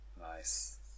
Nice